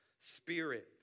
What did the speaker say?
Spirit